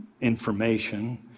information